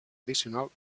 addicional